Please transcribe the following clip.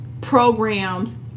programs